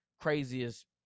craziest